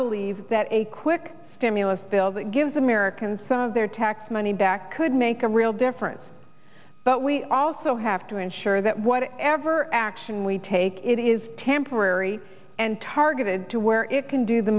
believe that a quick stimulus bill that gives americans some of their tax money back could make a real difference but we also have to ensure that whatever action we take it is temporary and targeted to where it can do the